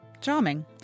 Charming